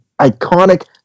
iconic